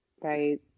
right